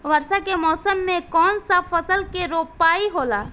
वर्षा के मौसम में कौन सा फसल के रोपाई होला?